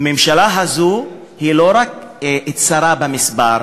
הממשלה הזו היא לא רק צרה במספר,